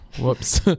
Whoops